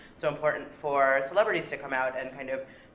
so important for celebrities to come out, and kind of,